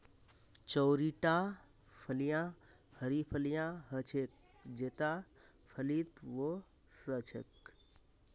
चौड़ीटा फलियाँ हरी फलियां ह छेक जेता फलीत वो स छेक